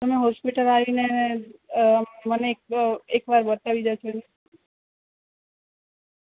તમે હોસ્પિટલ આવીને મને એક એકવાર બતાવી જજો ને